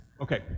Okay